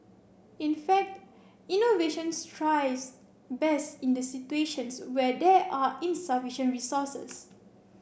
in fact innovations thrives best in the situations where there are insufficient resources